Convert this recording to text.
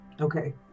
Okay